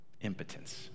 Impotence